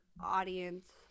audience